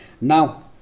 Now